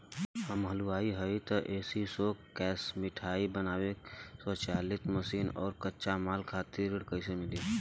हम हलुवाई हईं त ए.सी शो कैशमिठाई बनावे के स्वचालित मशीन और कच्चा माल खातिर ऋण कइसे मिली?